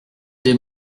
des